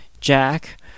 jack